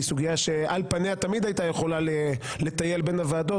היא סוגיה שעל פניה תמיד הייתה יכולה לטייל בין הוועדות,